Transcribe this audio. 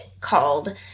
called